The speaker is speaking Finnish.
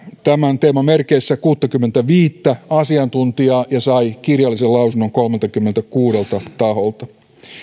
tämän teeman merkeissä kuuttakymmentäviittä asiantuntijaa ja sai kirjallisen lausunnon kolmeltakymmeneltäkuudelta taholta